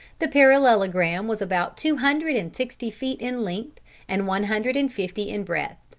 the parallelogram was about two hundred and sixty feet in length and one hundred and fifty in breadth.